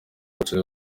bucura